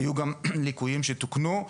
והיו גם ליקויים שתוקנו,